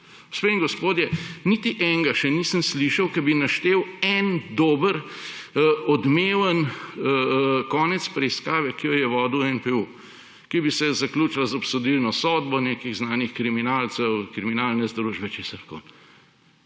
in gospodje, niti enega še nisem slišal, ki bi naštel en dober, odmeven konec preiskave, ki jo je vodil NPU, ki bi se zaključila z obsodilno sodbo nekih znanih kriminalcev, kriminalne združbe, česarkoli.